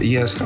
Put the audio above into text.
Yes